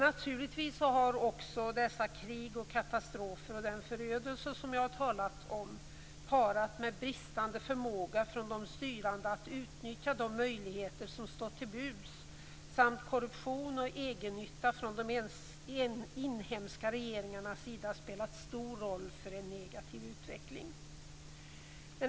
Naturligtvis har också dessa krig, katastrofer och den förödelse som jag talat om, parat med bristande förmåga från de styrande att utnyttja de möjligheter som stått till buds samt korruption och egennytta från de inhemska regeringarnas sida, spelat stor roll för en negativ utveckling.